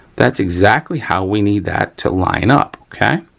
that's exactly how we need that to line up, okay.